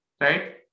Right